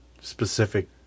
specific